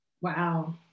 Wow